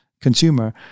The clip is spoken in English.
consumer